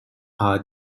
are